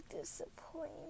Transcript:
disappointing